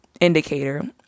indicator